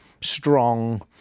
strong